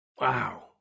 wow